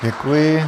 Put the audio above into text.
Děkuji.